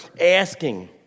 asking